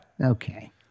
Okay